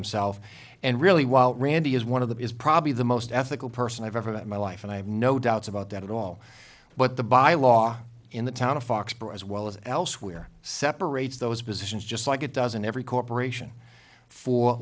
himself and really while randy is one of them is probably the most ethical person i've ever met in my life and i have no doubts about that at all but the by law in the town of foxborough as well as elsewhere separates those positions just like it doesn't every corporation for